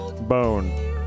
bone